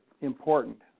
important